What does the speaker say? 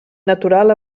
natural